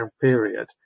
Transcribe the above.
period